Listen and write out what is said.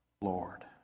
Lord